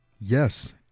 Yes